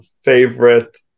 favorite